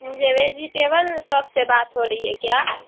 مجھے vegetable shop سے بات ہو رہی ہے کیا